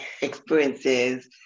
experiences